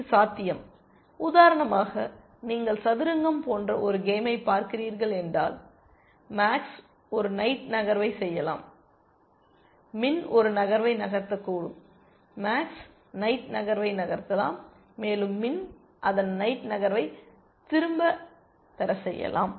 இது சாத்தியம் உதாரணமாக நீங்கள் சதுரங்கம் போன்ற ஒரு கேமை பார்க்கிறீர்கள் என்றால் மேக்ஸ் ஒரு நைட் நகர்வைச் செய்யலாம் மின் ஒரு நகர்வை நகர்த்தக்கூடும் மேக்ஸ் நைட் நகர்வை நகர்த்தலாம் மேலும் மின் அதன் நைட் நகர்வைத் திரும்பப் பெறச் செய்யலாம்